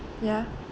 ya